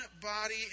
body